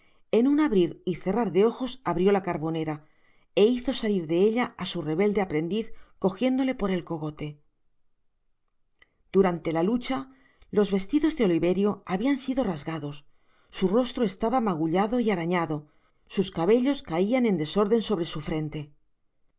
en un abrir y cerrar de ojos abrió ta carbonera é hizo salir de ella á su rebelde aprendiz cojiéndole por el cogote durante la lucha los vestidos de oliverio habian sido rasgados su rostro estaba magullada y arañado sus cabellos caian e i desorden sobre su frente